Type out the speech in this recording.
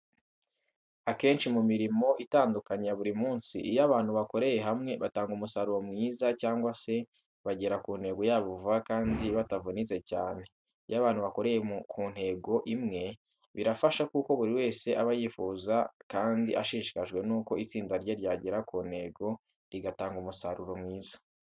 Akenshi mu mirimo itandukanye ya buri munsi, iyo abantu bakoreye hamwe batanga umusaruro mwiza cyangwa se bagera ku ntego yabo vuba kandi batavunitse cyane. Iyo abantu bakoreye ku ntego imwe birafasha kuko buri wese aba yifuza kandi ashishikajwe nuko itsinda rye ryagera ku ntego rigatanga umusaruro mwiza.